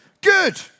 good